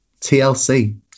TLC